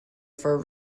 for